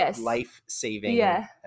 life-saving